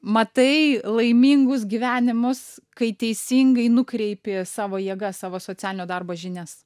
matai laimingus gyvenimus kai teisingai nukreipi savo jėgas savo socialinio darbo žinias